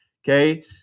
Okay